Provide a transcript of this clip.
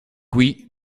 qui